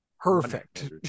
Perfect